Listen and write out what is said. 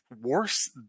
worse